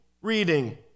reading